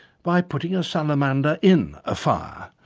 by putting a salamander in a fire.